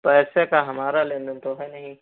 पैसे का हमारा लेन देन तो है नहीं